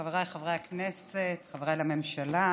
חבריי חברי הכנסת, חבריי לממשלה,